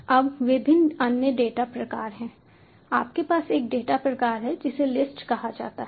अब विभिन्न अन्य डेटा प्रकार हैं आपके पास एक डेटा प्रकार है जिसे लिस्ट कहा जाता है